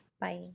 Bye